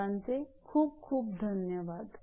सर्वांचे खूप खूप धन्यवाद